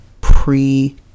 pre-